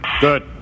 Good